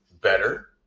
better